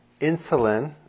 insulin